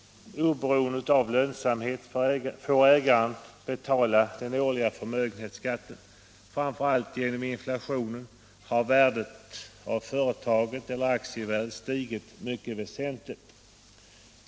Oberoende av lönsamheten får ägaren betala den årliga förmögenhetsskatten. Framför allt genom inflationen har värdet av företaget eller aktievärdet stigit mycket väsentligt.